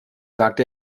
sagte